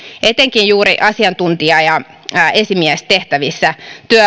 etenkin juuri asiantuntija ja esimiestehtävissä